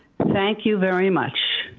thank you very much.